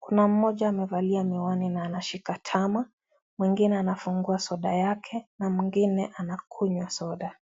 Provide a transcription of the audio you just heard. Kuna mmoja amevalia miwani na ameshika tama, mwingine anafungua soda yake na mwingine anakunywa soda.